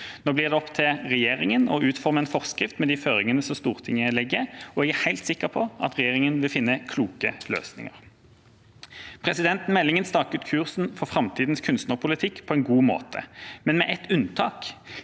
Nå blir det opp til regjeringa å utforme en forskrift med de føringene som Stortinget her legger, og jeg er helt sikker på at regjeringa vil finne kloke løsninger. Meldinga staker ut kursen for framtidas kunstnerpolitikk på en god måte, men med ett unntak,